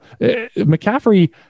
McCaffrey